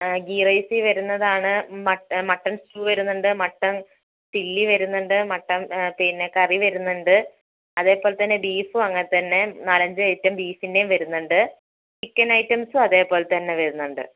ഗീ റൈസിൽ വരുന്നതാണ് mutton stew വരുന്നുണ്ട് മട്ടൻ ചില്ലി വരുന്നുണ്ട് മട്ടൻ കറി വരുന്നുണ്ട് അതേപോലെ തന്നേ ബീഫും അങ്ങനെ തന്നെ നാലഞ്ച് ഐറ്റം ബീഫിന്റെയും വരുന്നുണ്ട് ചിക്കൻ ഐറ്റംസ് അതേപോലെ തന്നെ വരുന്നുണ്ട്